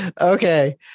Okay